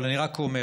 אבל אני רק אומר,